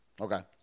Okay